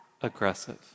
aggressive